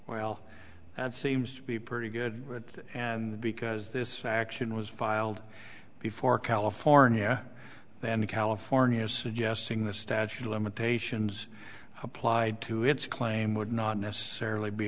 well that seems to be pretty good because this action was filed before california and california is suggesting the statute of limitations applied to its claim would not necessarily be